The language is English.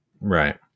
Right